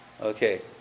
Okay